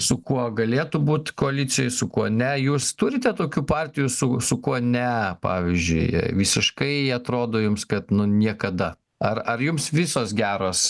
su kuo galėtų būt koalicijoj su kuo ne jūs turite tokių partijų su su kuo ne pavyzdžiui visiškai atrodo jums kad niekada ar ar jums visos geros